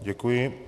Děkuji.